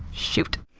shoot.